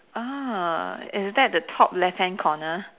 ah is that the top left hand corner